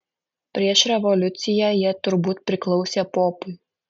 prieš revoliuciją jie turbūt priklausė popui